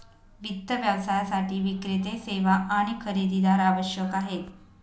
वित्त व्यवसायासाठी विक्रेते, सेवा आणि खरेदीदार आवश्यक आहेत